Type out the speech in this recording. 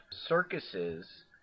circuses